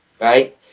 right